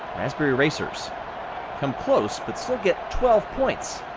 raspberry racers come close, but still get twelve points.